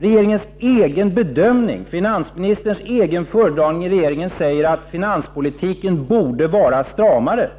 Finansministern säger i sin egen föredragning i regeringen att finanspolitiken borde vara stramare,